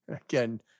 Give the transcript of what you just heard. Again